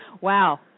Wow